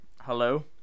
hello